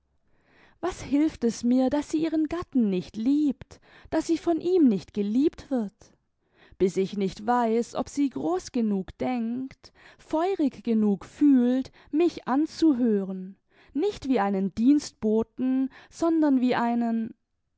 was hilft es mir daß sie ihren gatten nicht liebt daß sie von ihm nicht geliebt wird bis ich nicht weiß ob sie groß genug denkt feurig genug fühlt mich anzuhören nicht wie einen dienstboten sondern wie einen